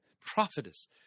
Prophetess